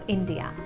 India